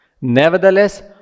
Nevertheless